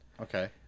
Okay